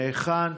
מהיכן?